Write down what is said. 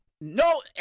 no